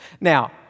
Now